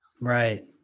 Right